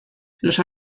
los